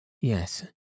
Yes